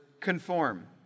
conform